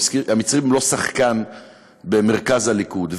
המצרים הם לא שחקן במרכז הליכוד,